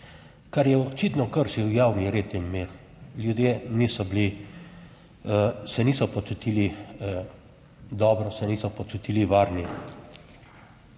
kar je očitno kršil javni red in mir, ljudje niso bili, se niso počutili dobro, se niso počutili varni.